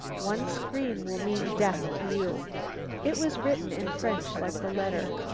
one scream will mean death to you it was written in french like the letter.